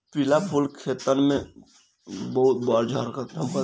पिला फूल खेतन में बड़ झम्कता